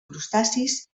crustacis